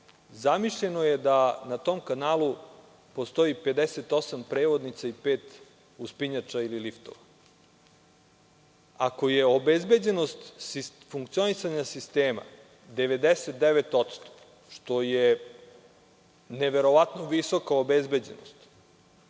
zamišljeno je da na tom kanalu postoji 58 prevodnica i pet uspinjača ili liftova. Ako je obezbeđenost funkcionisanja sistema 99%, što je neverovatno visoka obezbeđenost,